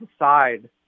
decide